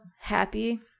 happy